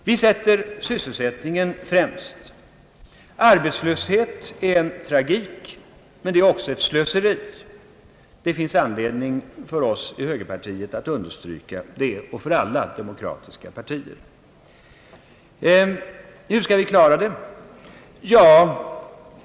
Vi sätter sysselsättningen främst. Arbetslöshet är en tragik, men det är också ett slöseri. Det finns anledning för oss i högerpartiet och för alla demokratiska partier att understryka det. Hur skall vi klara det?